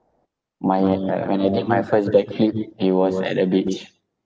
my uh when I did my first backflip it was at a beach